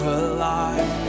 alive